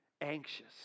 anxious